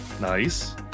Nice